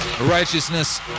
Righteousness